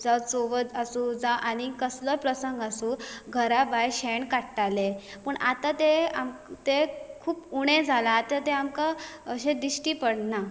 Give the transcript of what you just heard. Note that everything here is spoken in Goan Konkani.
जावं चवथ आसूं जावं आनीक कसलोय प्रसंग आसूं घरा भायर शेण काडटाले पूण आतां ते ते खूब उणें जालां आतां तें आमकां अशें दिश्टी पडना